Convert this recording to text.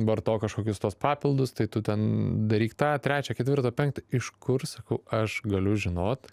vartok kažkokius tuos papildus tai tu ten daryk tą trečią ketvirtą penktą iš kur sakau aš galiu žinot